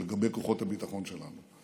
ולגבי כוחות הביטחון שלנו.